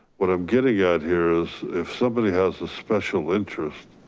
what i'm getting at here is, if somebody has a special interest,